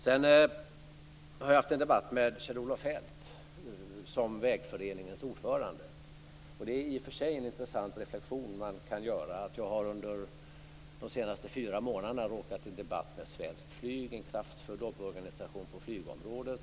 Jag har haft en debatt med Kjell-Olof Feldt som Vägföreningens ordförande. Man kan göra en intressant reflexion, nämligen att jag de senaste fyra månaderna har råkat i debatt med Föreningen Svenskt flyg, en kraftfull lobbyorganisation på flygområdet.